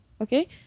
okay